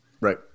Right